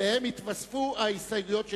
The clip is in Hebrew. ואליהם התווספו ההסתייגויות שנתקבלו.